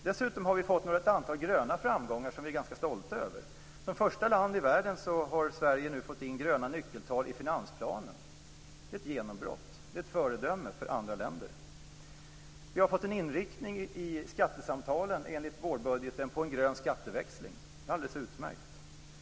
Dessutom har vi fått ett antal gröna framgångar, som vi är ganska stolta över. Som första land i världen har Sverige nu fått in gröna nyckeltal i finansplanen. Det är ett genombrott, och vi är ett föredöme för andra länder. Vi har i skattesamtalen fått en inriktning på en grön skatteväxling enligt vårbudgeten. Det är alldeles utmärkt.